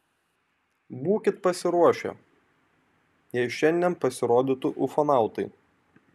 būkit pasiruošę jei šiandien pasirodytų ufonautai